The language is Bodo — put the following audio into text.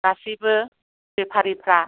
गासैबो बेफारिफ्रा